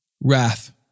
wrath